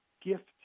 gift